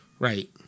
Right